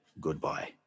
goodbye